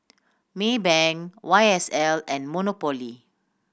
Maybank Y S L and Monopoly